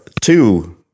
two